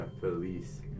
Police